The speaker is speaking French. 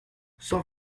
cent